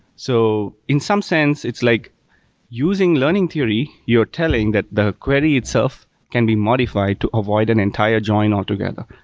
so in some sense, it's like using learning theory, you're telling that the query itself can be modified to avoid an entire join altogether.